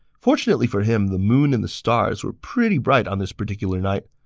fortunately for him, the moon and the stars were pretty bright on this particular night,